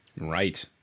Right